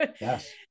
Yes